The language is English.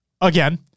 again